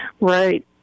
Right